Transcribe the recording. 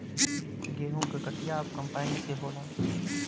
गेंहू क कटिया अब कंपाइन से होला